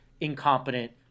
incompetent